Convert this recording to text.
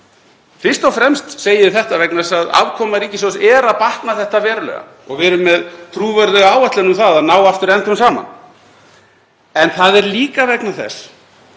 Fyrst og fremst segi ég þetta vegna þess að afkoma ríkissjóðs er að batna þetta verulega og við erum með trúverðuga áætlun um að ná aftur endum saman. En það er líka vegna þess